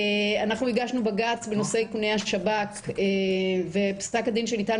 אנחנו הגשנו בג"ץ בנושא איכוני השב"כ ופסק הדין שניתן